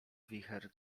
wicher